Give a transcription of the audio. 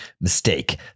Mistake